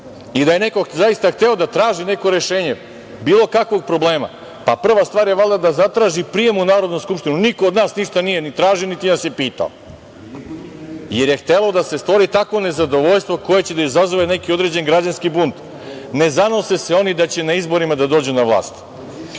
I da je neko, zaista hteo da traži neko rešenje bilo kakvog problema, pa prva stvar je valjda da zatraži prijem u Narodnu skupštinu. Niko ništa od nas nije ni tražio niti nas je pitao, jer je htelo da se stvori takvo nezadovoljstvo koje će da izazove neki određeni građanski bunt. Ne zanose se oni da će oni na izborima da dođu na vlast.